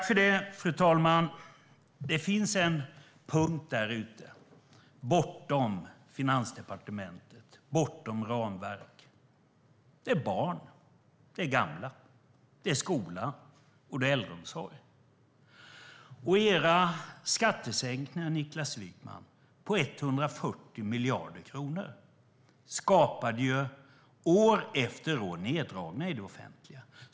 Fru talman! Det finns en punkt där ute, bortom Finansdepartementet, bortom ramverk. Det är barn. Det är gamla. Det är skola, och det är äldreomsorg. Era skattesänkningar på 140 miljarder kronor, Niklas Wykman, skapade ju år efter år neddragningar i det offentliga.